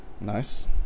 Nice